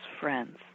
friends